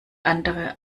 andere